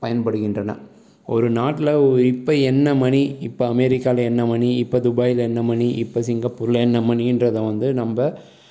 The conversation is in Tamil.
பயன்படுகின்றன ஒரு நாட்டில் இப்போ என்ன மணி இப்போ அமெரிக்காவில் என்ன மணி இப்போ துபாயில் என்ன மணி இப்போ சிங்கப்பூரில் என்ன மணின்றத வந்து நம்ம